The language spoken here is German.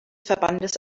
verbandes